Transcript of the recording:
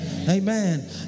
Amen